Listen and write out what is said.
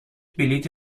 بلیت